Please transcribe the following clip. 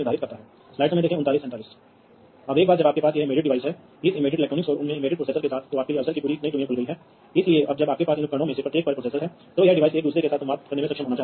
मान लीजिए कि आपके पास है मुझे लगता है कि आपके पास है आपके पास पहले से ही ये नोड हैं और उन्हें एक दूसरे के साथ बातचीत करने की आवश्यकता है